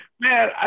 man